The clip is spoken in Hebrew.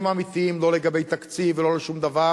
האמיתיים לא לגבי תקציב ולא לשום דבר,